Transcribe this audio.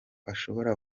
ashobora